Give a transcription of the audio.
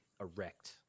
erect